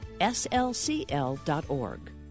slcl.org